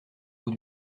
roue